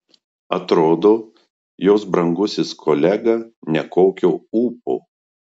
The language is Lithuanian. atrodo jos brangusis kolega nekokio ūpo